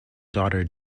daughter